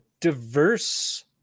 diverse